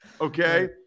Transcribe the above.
okay